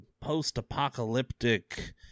post-apocalyptic